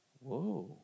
Whoa